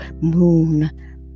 moon